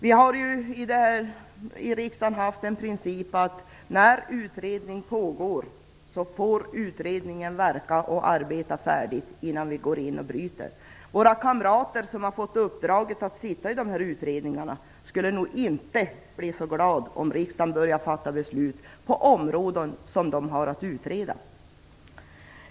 Vi har här i riksdagen tillämpat principen att när utredning pågår, får utredningen verka och arbeta färdigt innan vi går in och bryter. Våra kamrater som har fått i uppdrag att sitta i dessa utredningar skulle nog inte bli så glada om riksdagen började att fatta beslut på områden som de har att utreda.